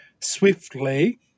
swiftly